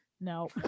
no